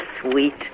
sweet